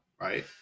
right